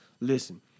Listen